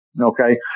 Okay